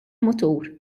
mutur